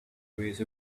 raise